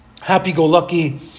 happy-go-lucky